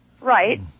right